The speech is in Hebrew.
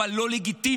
אבל לא לגיטימית.